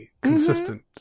consistent